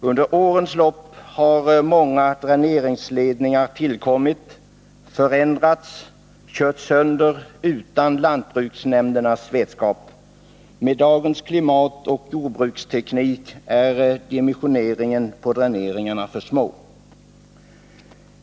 Under årens lopp har många dräneringsledningar tillkommit, förändrats och körts sönder utan lantbruksnämndernas vetskap. Med dagens klimat och jordbruksteknik är deras dimensioner för små.